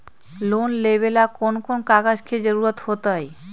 Loan लेवेला कौन कौन कागज के जरूरत होतई?